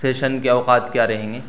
session کے اوقات کیا رہیں گے